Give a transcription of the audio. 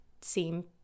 seem